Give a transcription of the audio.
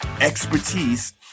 expertise